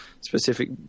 specific